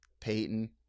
Peyton